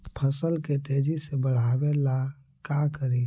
फसल के तेजी से बढ़ाबे ला का करि?